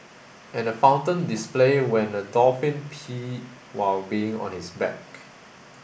and a fountain display when a dolphin peed while being on his back